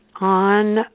on